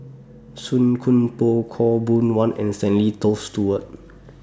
Song Koon Poh Khaw Boon Wan and Stanley Toft Stewart